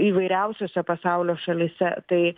įvairiausiose pasaulio šalyse tai